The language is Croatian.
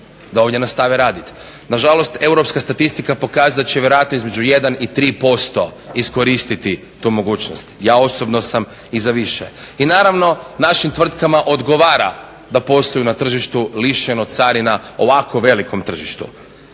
da ovdje nastave raditi. Nažalost, europska statistika pokazat će vjerojatno između 1 i 3% iskoristiti tu mogućnost. Ja osobno sam i za više. I naravno, našim tvrtkama odgovara da posluju na tržištu lišeno carina, ovako velikom tržištu.